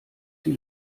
die